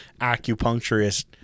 acupuncturist